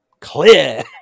clear